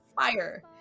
fire